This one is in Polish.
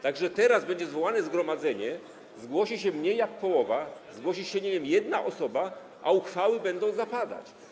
Tak że teraz będzie zwołane zgromadzenie, zgłosi się mniej niż połowa, zgłosi się, nie wiem, jedna osoba, a uchwały będą zapadać.